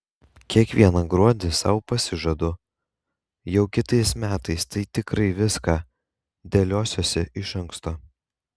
kiekvieną gruodį sau pasižadu jau kitais metais tai tikrai viską dėliosiuosi iš anksto